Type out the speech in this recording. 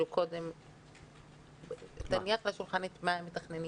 הם אקוויוולנטיים למה שקורה באוכלוסייה.